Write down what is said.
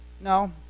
No